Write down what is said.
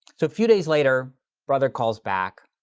so a few days later brother calls back,